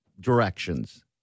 directions